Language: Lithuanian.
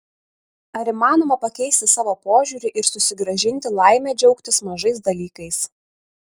ar įmanoma pakeisti savo požiūrį ir susigrąžinti laimę džiaugtis mažais dalykais